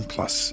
Plus